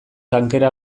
tankera